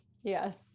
yes